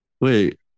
Wait